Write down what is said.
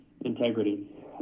integrity